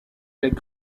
lait